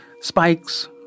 spikes